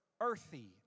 earthy